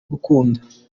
gukunda